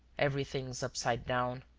everything is upside down,